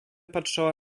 patrzała